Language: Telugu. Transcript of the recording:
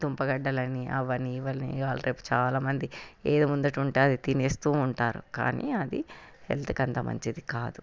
దుంపగడ్డలని అవన్నీ ఇవన్నీ ఇవాళ రేపు చాలామంది ఏది ముందర ఉంటే అది తినేస్తూ ఉంటారు కానీ అది హెల్త్కి అంత మంచిది కాదు